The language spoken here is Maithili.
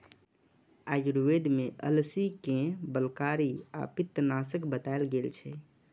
आयुर्वेद मे अलसी कें बलकारी आ पित्तनाशक बताएल गेल छै